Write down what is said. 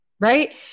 right